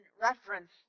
reference